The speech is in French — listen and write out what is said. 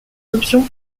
options